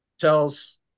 tells